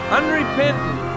unrepentant